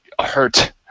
hurt